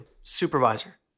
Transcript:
supervisor